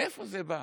מאיפה זה בא?